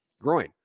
groin